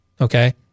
Okay